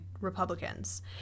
Republicans